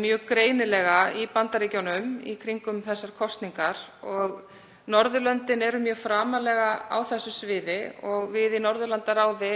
mjög greinilega í Bandaríkjunum í kringum þessar kosningar. Norðurlöndin eru mjög framarlega á þessu sviði og við í Norðurlandaráði